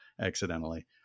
accidentally